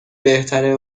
بهتره